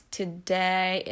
today